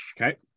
Okay